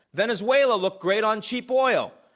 venezuela looked great on cheap oil.